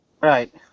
Right